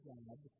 God